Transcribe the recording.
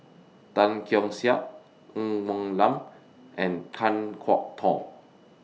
Tan Keong Saik Ng Woon Lam and Kan Kwok Toh